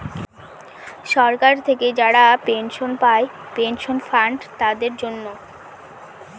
সরকার থেকে যারা পেনশন পায় পেনশন ফান্ড তাদের জন্য